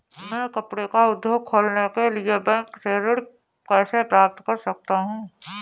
मैं कपड़े का उद्योग खोलने के लिए बैंक से ऋण कैसे प्राप्त कर सकता हूँ?